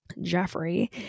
jeffrey